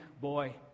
boy